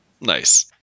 Nice